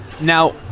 now